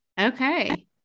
Okay